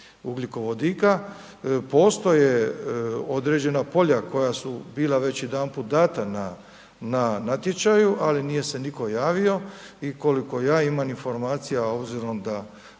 ugljikovodika. Postoje određena polja koja su bila već jedanput dana na natječaju, ali nije se nitko javio i koliko ja imam informacija a obzirom da